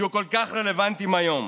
יהיו כל כך רלוונטיים היום